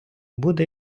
буде